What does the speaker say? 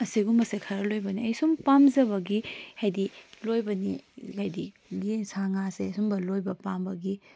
ꯑꯁꯤꯒꯨꯝꯕꯁꯦ ꯈꯔꯥ ꯂꯣꯏꯕꯅꯦ ꯑꯩ ꯁꯨꯝ ꯄꯥꯝꯖꯕꯒꯤ ꯍꯥꯏꯗꯤ ꯂꯣꯏꯕꯅꯦ ꯍꯥꯏꯗꯤ ꯌꯦꯟ ꯁꯥ ꯉꯥꯁꯦ ꯁꯨꯝꯕ ꯂꯣꯏꯕ ꯄꯥꯝꯕꯒꯤ